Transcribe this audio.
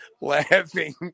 laughing